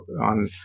on